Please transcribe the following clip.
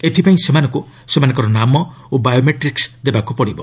ଏଥିପାଇଁ ସେମାନଙ୍କ ସେମାନଙ୍କର ନାମ ଓ ବାୟୋମେଟ୍ରିକ୍ସ ଦେବାକୃ ହେବ